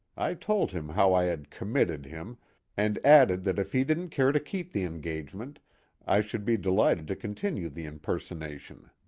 i told him how i had committed him and added that if he didn't care to keep the engagement i should be delighted to continue the impersonation.